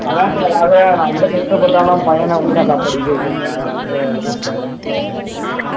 அதை சார் அதை நம்ப கஷ்டப்பட்டாலும் பையனை நல்ல படிக்க ரத்துக்காகத்தா அந்த இதுக்காகத்தா